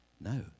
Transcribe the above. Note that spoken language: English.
No